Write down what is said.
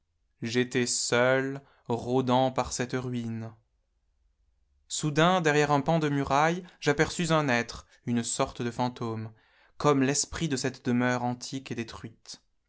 j'étais seul rodant par cette ruine soudain derrière un pan de muraille j'aperçus un être une sorte de fantôme comme l'esprit de cette demeure antique et détruite